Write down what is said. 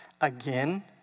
Again